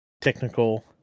technical